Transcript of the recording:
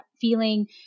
feeling